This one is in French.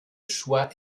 choix